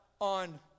on